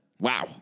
Wow